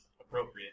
appropriate